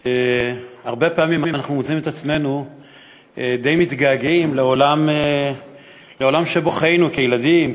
הרבה פעמים אנחנו מוצאים את עצמנו די מתגעגעים לעולם שבו חיינו כילדים,